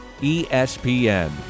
espn